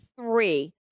three